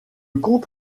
comte